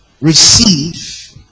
receive